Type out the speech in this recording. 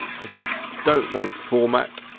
i don't want format,